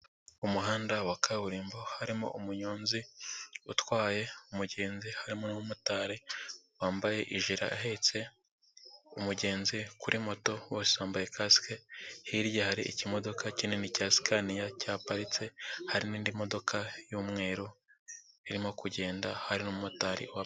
Umuhanda wa kaburimbo, harimo umunyonzi utwaye umugenzi, harimo n'umumotari wambaye ijire ahetse umugenzi kuri moto bose wambaye kasike, hirya hari ikimodoka kinini cya sikaniya cyaparitse, hari n'indi modoka y'umweru irimo kugenda hari n'umumotari wa...